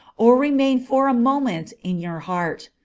or remain for a moment in your heart.